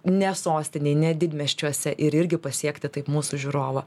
ne sostinėj ne didmiesčiuose ir irgi pasiekti taip mūsų žiūrovą